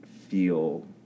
feel